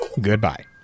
goodbye